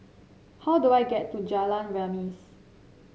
how do I get to Jalan Remis